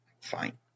Fine